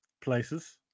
Places